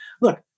Look